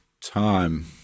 time